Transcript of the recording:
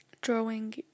drawing